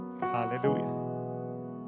Hallelujah